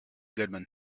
goodman